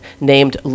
named